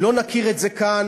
אם לא נכיר את זה כאן,